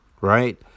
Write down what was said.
right